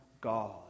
God